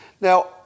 Now